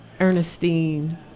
Ernestine